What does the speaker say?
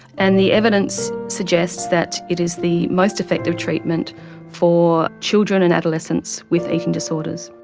and the evidence suggests that it is the most effective treatment for children and adolescents with eating disorders.